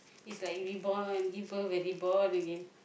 is like reborn give birth and reborn again